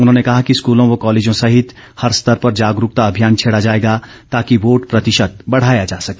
उन्होंने कहा कि स्कलों व कॉलेजों सहित हर स्तर पर जागरूकता अभियान छेडा जाएगा ताकि वोट प्रतिशत बढाया जा सके